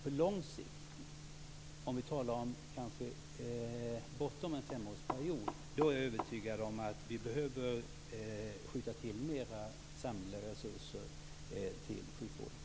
På lång sikt, kanske bortom en femårsperiod, är jag övertygad om att vi behöver skjuta till mer av samlade resurser till sjukvården.